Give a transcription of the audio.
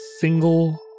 single